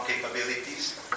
capabilities